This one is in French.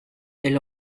elle